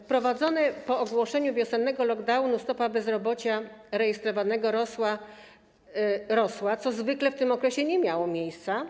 Wprawdzie po ogłoszeniu wiosennego lockdownu stopa bezrobocia rejestrowanego rosła, co zwykle w tym okresie nie miało miejsca,